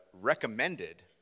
recommended